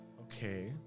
okay